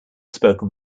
spoken